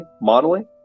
modeling